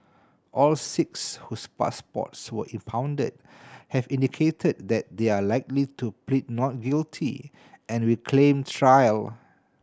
all six whose passports were impounded have indicated that they are likely to plead not guilty and will claim trial